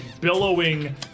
billowing